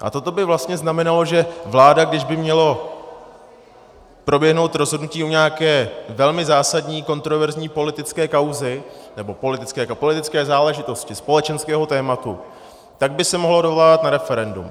A toto by vlastně znamenalo, že vláda, kdyby mělo proběhnout rozhodnutí o nějaké velmi zásadní, kontroverzní politické kauze nebo politické záležitosti společenského tématu, tak by se mohla dovolávat na referendum.